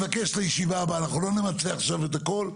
אנחנו לא נמצה עכשיו את הכול.